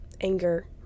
anger